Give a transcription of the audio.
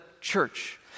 church